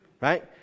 Right